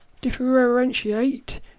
Differentiate